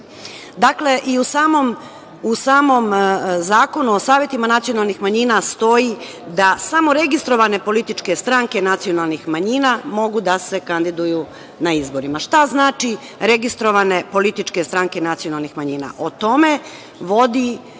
i u samom Zakonu o svetima nacionalnih manjina stoji da samo registrovane političke stranke nacionalnih manjina mogu da se kandiduju na izborima. Šta znači registrovane stranke nacionalnih manjina?O tome vodi